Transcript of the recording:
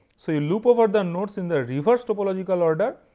so, you loop over the nodes in the reverse topological order.